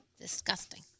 Disgusting